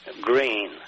green